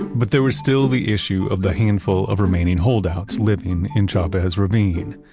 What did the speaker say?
but there was still the issue of the handful of remaining holdouts living in chavez ravine.